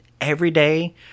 everyday